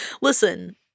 Listen